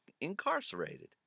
incarcerated